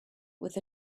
with